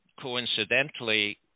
coincidentally